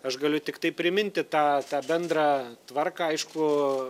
aš galiu tiktai priminti tą tą bendrą tvarką aišku